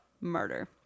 murder